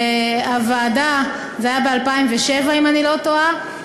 זה היה ב-2007, אם אני לא טועה.